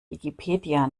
wikipedia